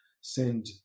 send